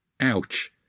Ouch